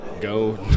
go